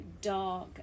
dark